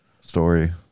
story